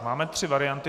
Máme tři varianty.